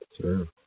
Sure